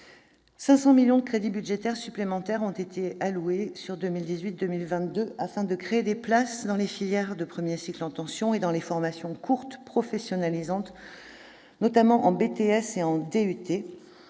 500 millions d'euros de crédits budgétaires supplémentaires afin de créer des places dans les filières de premier cycle en tension et dans les formations courtes professionnalisantes, notamment en BTS et en DUT.